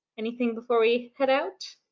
anything before we head out?